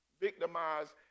victimized